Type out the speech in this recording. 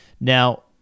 Now